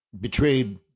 betrayed